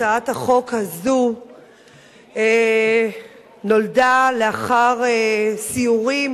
הצעת החוק הזו נולדה לאחר סיורים,